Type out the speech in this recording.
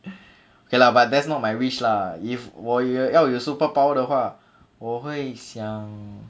okay lah but that's not my wish lah if 我要有 superpower 的话我会想